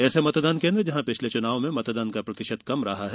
ऐसे मतदान केन्द्रों जहां पिछले चुनाव में मतदान का प्रतिशत कम रहा है